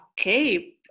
okay